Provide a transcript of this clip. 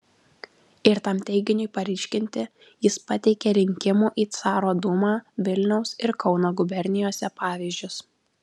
ir tam teiginiui paryškinti jis pateikė rinkimų į caro dūmą vilniaus ir kauno gubernijose pavyzdžius